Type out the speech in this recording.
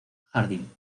jardín